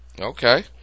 okay